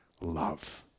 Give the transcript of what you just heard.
love